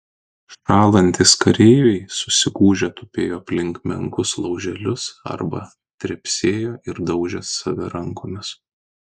šąlantys kareiviai susigūžę tupėjo aplink menkus lauželius arba trepsėjo ir daužė save rankomis